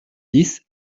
dix